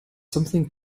something